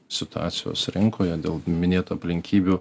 situacijos rinkoje dėl minėtų aplinkybių